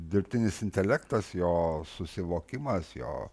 dirbtinis intelektas jo susivokimas jo